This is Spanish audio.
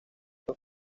los